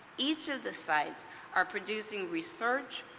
each of the sites are producing research,